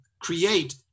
create